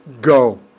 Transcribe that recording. go